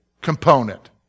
component